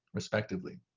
respectively.